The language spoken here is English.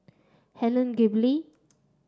Helen Gilbey